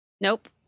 Nope